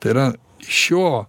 tai yra šio